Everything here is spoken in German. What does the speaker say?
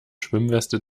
schwimmweste